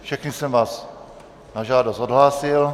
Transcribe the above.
Všechny jsem vás na žádost odhlásil.